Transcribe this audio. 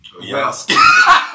Yes